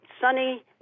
sunny